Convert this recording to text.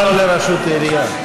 גם לא לראשות העירייה.